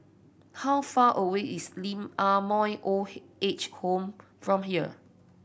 how far away is Lee Ah Mooi Old Age Home from here